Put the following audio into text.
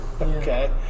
Okay